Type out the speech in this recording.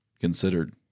considered